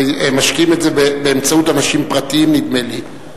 הם משקיעים את זה באמצעות אנשים פרטיים, נדמה לי.